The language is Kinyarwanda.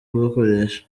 kugakoresha